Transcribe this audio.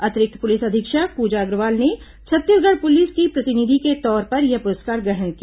अतिरिक्त पुलिस अधीक्षक पूजा अग्रवाल ने छत्तीसगढ़ पुलिस की प्रतिनिधि के तौर पर यह पुरस्कार ग्रहण किया